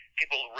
people